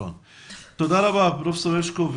תודה רבה, פרופ' הרשקו.